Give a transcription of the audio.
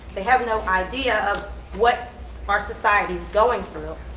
they have no idea of what our society is going through.